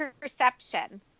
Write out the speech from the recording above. perception